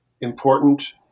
important